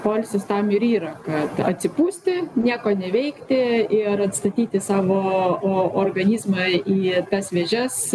poilsis tam ir yra kad atsipūsti nieko neveikti ir atstatyti savo organizmą į tas vėžes